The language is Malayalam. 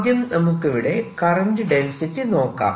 ആദ്യം നമുക്കിവിടെ കറന്റ് ഡെൻസിറ്റി നോക്കാം